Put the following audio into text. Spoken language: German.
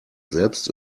selbst